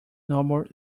normal